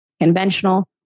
conventional